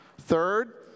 Third